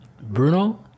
Bruno